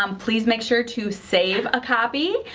um please make sure to save a copy.